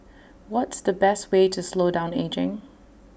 what's the best way to slow down ageing